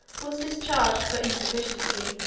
was discharged for insufficiency.